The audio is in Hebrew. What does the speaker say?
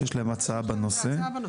שיש להם הצעה בנושא.